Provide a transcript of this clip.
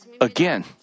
again